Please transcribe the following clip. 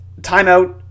timeout